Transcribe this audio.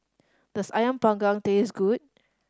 does Ayam Panggang taste good